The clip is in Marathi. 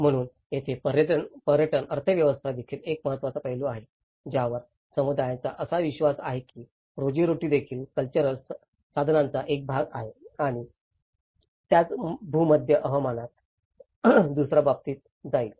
म्हणूनच तेथील पर्यटन अर्थव्यवस्था देखील एक महत्त्वाचा पैलू आहे ज्यावर समुदायांचा असा विश्वास आहे की रोजीरोटी देखील कल्चरल संसाधनांचा एक भाग आहे आणि त्याच भूमध्य हवामानात दुसर्या बाबतीत जाईल